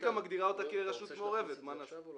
לסטטיסטיקה מגדירה אותה כרשות מעורבת, מה נעשה.